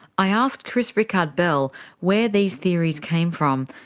i asked chris rikard-bell where these theories came from,